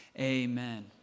Amen